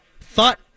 Thought